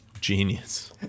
Genius